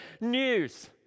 news